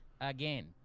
again